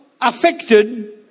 affected